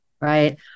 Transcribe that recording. right